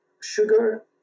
Sugar